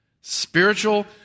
Spiritual